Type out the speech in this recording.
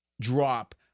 Drop